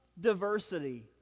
diversity